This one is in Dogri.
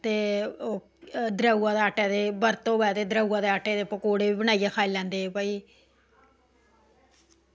दरेऊ दे आटै दे बर्त होऐ ते दरेऊ दे आटै दे पकौड़े बी खाई लैंदे भई